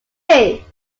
happy